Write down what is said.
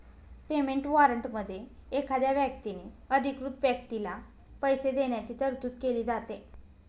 payment वॉरंटमध्ये एखाद्या व्यक्तीने अधिकृत व्यक्तीला पैसे देण्याची तरतूद केली जाते